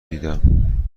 دیدم